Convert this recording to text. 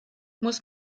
muss